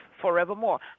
forevermore